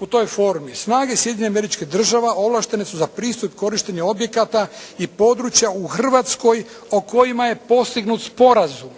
u toj formi. Snage Sjedinjenih američkih Država ovlaštene su za pristup i korištenje objekata i područja u Hrvatskoj o kojima je postignut sporazum,